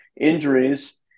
injuries